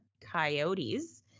Coyotes